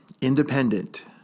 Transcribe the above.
Independent